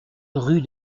rue